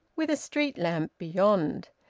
with a street-lamp beyond.